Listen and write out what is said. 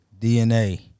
DNA